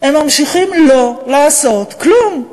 הם ממשיכים לא לעשות כלום.